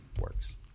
works